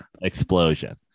Explosion